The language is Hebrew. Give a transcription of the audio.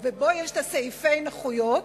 ובו סעיפי הנכויות,